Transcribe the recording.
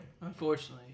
Unfortunately